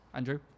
Andrew